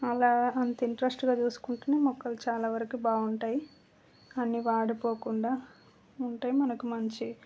మళ్ళీ అంత ఇంట్రెస్టుగా చూసుకుంటేనే మొక్కలు చాలావరకు బాగుంటాయి అన్ని వాడిపోకుండా ఉంటాయి మనకు మంచి